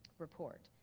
report.